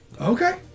Okay